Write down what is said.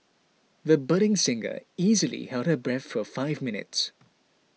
the budding singer easily held her breath for five minutes